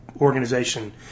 organization